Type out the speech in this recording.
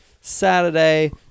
Saturday